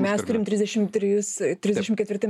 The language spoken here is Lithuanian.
mes turime trisdešim tris trisdešim ketvirti